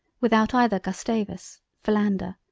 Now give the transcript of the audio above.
without either gustavus, philander,